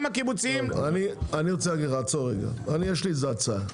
יש לי הצעה,